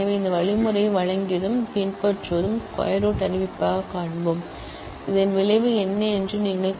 எனவே இந்த வழிமுறையை வழங்கியதும் பின்பற்றுவதும் ஸ்கொயர் ரூட் அறிவிப்பாகக் காண்போம் இதன் ரிசல்ட் என்ன என்று நீங்கள் கூறலாம்